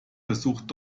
versucht